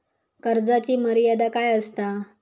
कर्जाची मर्यादा काय असता?